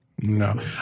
No